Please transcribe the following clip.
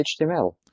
HTML